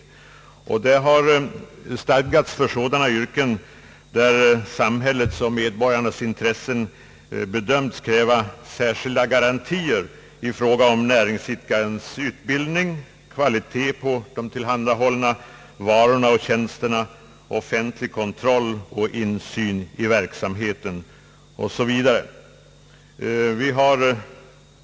Sådana undantag har stadgats där samhällets och medborgarnas intressen bedöms kräva särskilda garantier i fråga om näringsidkarens utbildning, kvaliteten på de tillhandahållna varorna och tjänsterna, offentlig kontroll och insyn i verksamheten 0. s. Vv.